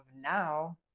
now